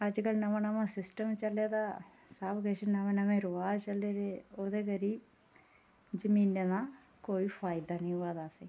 अजकल नमां नमां सिस्टम चलै दा सबकिश नमें नमें रवाज चले दे ओह्दे करी जमीनें दा कोई फायदा निं होआ दा